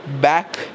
back